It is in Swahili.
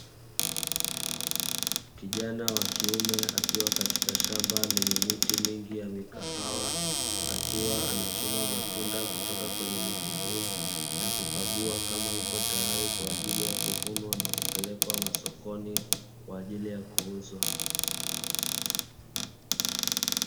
Kijana wa kiume akiwa katika shamba lenye miti mingi ya mikahawa, akiwa anachuma matunda kutoka kwenye miti hiyo na kukagua kama ipo tayari kwa ajili ya kuvunwa na kupelekwa masokoni kwa ajili ya kuuzwa.